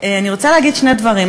אני רוצה להגיד שני דברים,